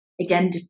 again